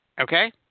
okay